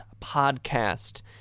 podcast